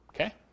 Okay